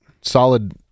solid